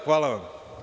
Hvala vam.